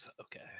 okay